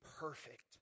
perfect